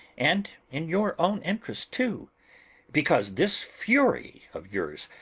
and in your own interest, too because this fury of yours,